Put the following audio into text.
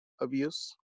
abuse